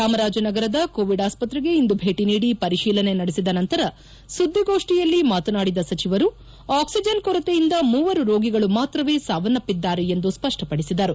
ಚಾಮರಾಜನಗರದ ಕೊವಿಡ್ ಆಸ್ಪತ್ರೆಗೆ ಇಂದು ಭೇಟಿ ನೀಡಿ ಪರಿತೀಲನೆ ನಡೆಸಿದ ನಂತರ ಸುದ್ದಿಗೋಷ್ಟಿಯಲ್ಲಿ ಮಾತನಾಡಿದ ಸಚಿವರು ಆಕ್ಷಿಜನ್ ಕೊರತೆಯಿಂದ ಮೂವರು ರೋಗಿಗಳು ಮಾತ್ರವೇ ಸಾವನ್ನಪ್ಪಿದ್ದಾರೆ ಎಂದು ಸ್ಪಷ್ಟಪಡಿಸಿದರು